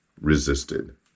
Resisted